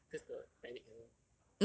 ya cause the panic hasn't